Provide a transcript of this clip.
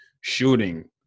shooting